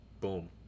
Boom